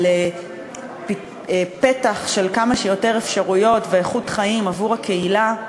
על פתיחה של כמה שיותר אפשרויות ואיכות חיים עבור הקהילה,